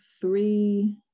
three